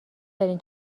دارین